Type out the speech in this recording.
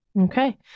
Okay